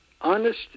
honest